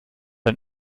ein